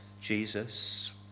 Jesus